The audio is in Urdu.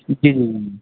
جی